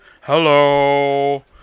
Hello